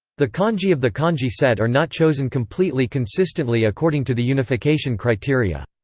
the kanji of the kanji set are not chosen completely consistently according to the unification criteria.